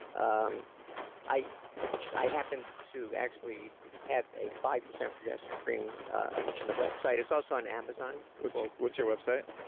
um i i happen to actually have a five percent progesterone cream on and and the website. it's also on amazon what's what's your website?